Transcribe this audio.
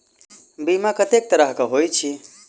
बीमा कत्तेक तरह कऽ होइत छी?